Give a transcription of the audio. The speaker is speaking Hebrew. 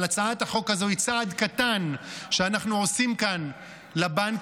הצעת החוק הזו היא צעד קטן שאנחנו עושים כאן לבנקים,